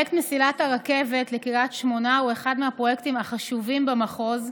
פרויקט מסילת הרכבת לקריית שמונה הוא אחד הפרויקטים החשובים במחוז,